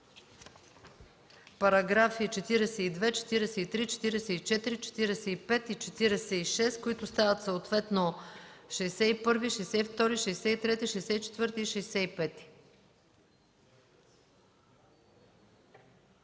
параграфи 42, 43, 44, 45 и 46, които стават съответно параграфи 61, 62, 63, 64 и 65.